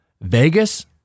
Vegas